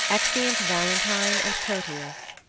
exeunt valentine and proteus